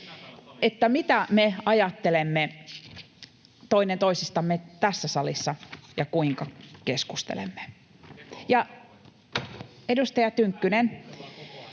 sitä, mitä me ajattelemme toinen toisistamme tässä salissa ja kuinka keskustelemme. [Sebastian Tynkkynen: